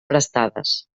prestades